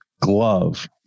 glove